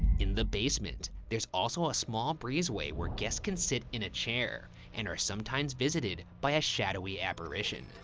in the basement there's also a small breezeway where guests can sit in a chair and are sometimes visited by a shadowy apparition.